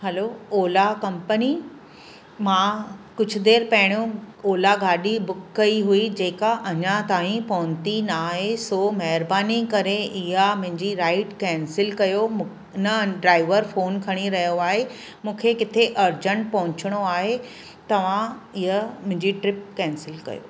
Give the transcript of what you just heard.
hello Ola company मां कुझु देरि पहिरियों ओला गाॾी बुक कई हुई जेका अञां ताईं पहुती ना आहे सो महिरबानी करे इहा मुंहिंजी राइड कैंसिल कयो मू न ड्राइवर फ़ोन खणी रहियो आहे मूंखे किथे अर्जेंट पहुचणो आहे तव्हां इहो मुंहिंजी ट्रिप कैंसिल कयो